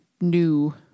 new